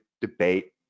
debate